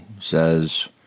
says